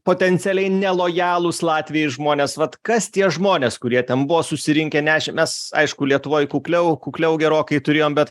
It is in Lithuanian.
potencialiai nelojalūs latvijai žmonės vat kas tie žmonės kurie ten buvo susirinkę nešė mes aišku lietuvoj kukliau kukliau gerokai turėjom bet